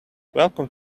welcome